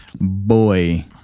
boy